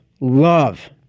Love